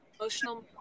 emotional